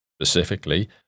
Specifically